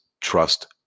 trust